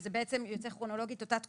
שזה יוצא כרונולוגית אותה תקופה,